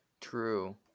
True